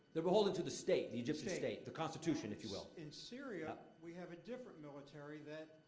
they're beholden to the state the egyptian state. the constitution, if you will. in syria, we have a different military that.